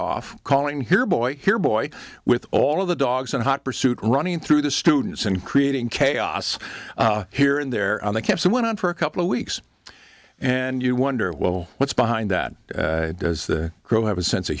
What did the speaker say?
off calling here boy here boy with all of the dogs and hot pursuit running through the students and creating chaos here and there on the caps and went on for a couple of weeks and you wonder well what's behind that does the crow have a sense of